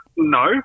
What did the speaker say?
No